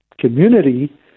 community